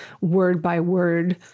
word-by-word